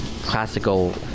classical